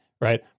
right